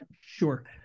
Sure